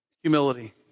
Humility